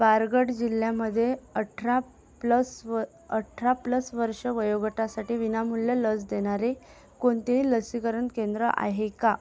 बारगड जिल्ह्यामध्ये अठरा प्लस व अठरा प्लस वर्ष वयोगटासाठी विनामूल्य लस देणारे कोणतेही लसीकरण केंद्र आहे का